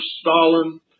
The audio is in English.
Stalin